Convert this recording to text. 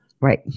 Right